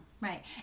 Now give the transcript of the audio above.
Right